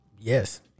Yes